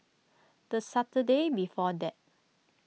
the Saturday before that